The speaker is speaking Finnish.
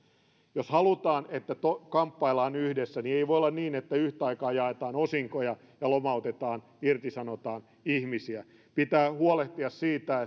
jos halutaan että kamppaillaan yhdessä niin ei voi olla niin että yhtä aikaa jaetaan osinkoja ja lomautetaan tai irtisanotaan ihmisiä pitää huolehtia siitä